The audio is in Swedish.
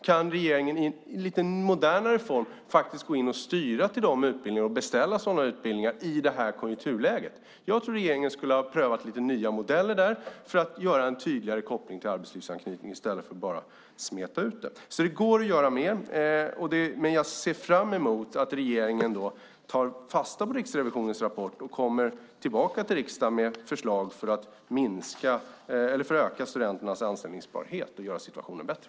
Kan regeringen i lite modernare form gå in och styra till dessa utbildningar och beställa sådana utbildningar i detta konjunkturläge? Regeringen borde ha prövat lite nya modeller för att göra en tydligare koppling till arbetslivsanknytning i stället för att bara smeta ut det. Det går att göra mer. Jag ser fram emot att regeringen tar fasta på Riksrevisionens rapport och kommer tillbaka till riksdagen med förslag för att öka studenternas anställningsbarhet och göra situationen bättre.